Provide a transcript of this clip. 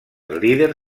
líder